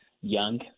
young